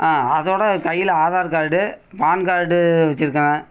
ஆ அதோடு கையில் Aadhaar card PAN card வெச்சுருக்கேன்